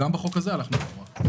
גם בחוק הזה הלכנו אחורה.